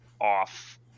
off